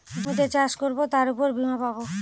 জমিতে চাষ করবো তার উপর বীমা পাবো